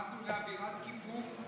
נכנסנו לאווירת כיפור.